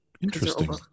Interesting